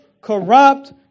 corrupt